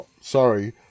sorry